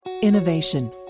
innovation